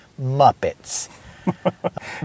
Muppets